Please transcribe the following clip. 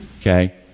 Okay